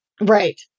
Right